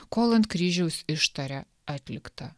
kol ant kryžiaus ištaria atlikta